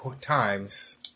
times